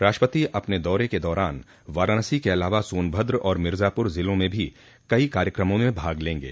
राष्ट्रपति अपने दारे के दौरान वाराणसी के अलावा सोनभद्र और मिर्जापुर ज़िले में भी कई कार्यकमों में भाग लेंगे